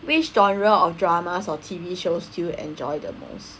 which genre of dramas or T_V shows do you enjoy the most